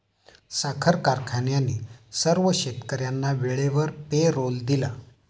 साखर कारखान्याने सर्व शेतकर्यांना वेळेवर पेरोल दिला